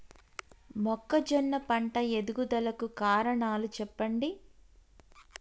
మొక్కజొన్న పంట ఎదుగుదల కు కారణాలు చెప్పండి?